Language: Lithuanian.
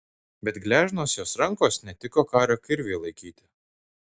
bet gležnos jos rankos netiko karo kirviui laikyti